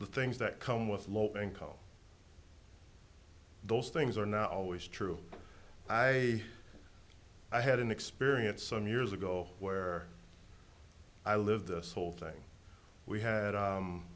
the things that come with low income those things are not always true i i had an experience some years ago where i live this whole thing we had